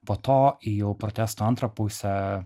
po to į jau protesto antrą pusę